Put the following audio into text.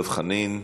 דב חנין,